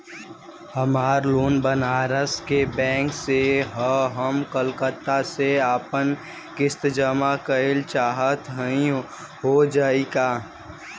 हमार लोन बनारस के बैंक से ह हम कलकत्ता से आपन किस्त जमा कइल चाहत हई हो जाई का?